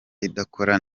idakora